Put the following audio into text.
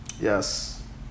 Yes